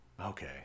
Okay